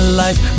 life